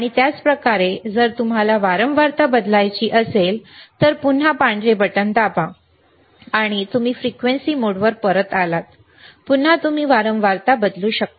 आणि त्याच प्रकारे जर तुम्हाला वारंवारता बदलायची असेल तर पुन्हा पांढरे बटण दाबा आणि तुम्ही फ्रिक्वेन्सी मोडवर परत आलात पुन्हा तुम्ही वारंवारता बदलू शकता